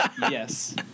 Yes